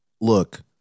look